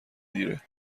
دیره